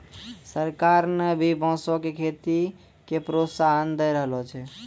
सरकार न भी बांस के खेती के प्रोत्साहन दै रहलो छै